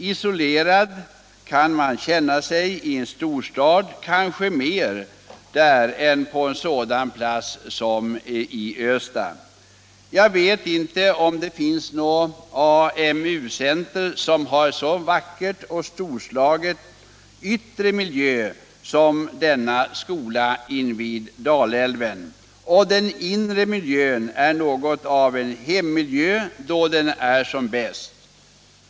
Isolerad kan man känna sig i en storstad — kanske mer där än på en sådan plats som Östa. Jag vet inte om det finns något AMU-center som har en sådan vacker och storslagen yttre miljö som denna skola invid Dalälven. Och den inre miljön är något av hemmiljö då den är som bäst.